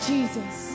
Jesus